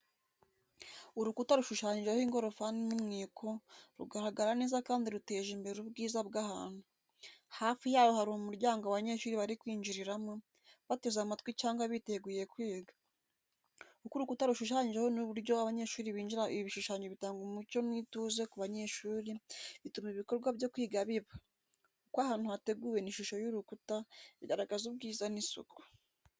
Urukuta rushushanyijeho ingorofani n’umwiko, rugaragara neza kandi ruteje imbere ubwiza bw’ahantu. Hafi y’aho hari umuryango abanyeshuri bari kwinjiriramo, bateze amatwi cyangwa biteguye kwiga. Uko urukuta rushushanyijeho n’uburyo abanyeshuri binjira ibi bishushanyo bitanga umucyo n’ituze ku banyeshuri, bituma ibikorwa byo kwiga biba. Uko ahantu hateguwe n’ishusho y’urukuta, bigaragaza ubwiza n'isuku.